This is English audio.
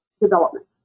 Development